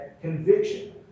conviction